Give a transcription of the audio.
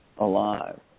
alive